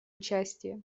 участие